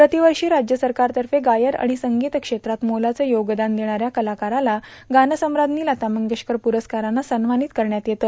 प्रांतवर्षा राज्य सरकारतफ गायन आर्ाण संगीत क्षेत्रात मोलाचं योगदान देणाऱ्या कलाकारास गानसम्राजी लता मंगेशकर प्रस्कारानं सन्मार्ानत करण्यात येते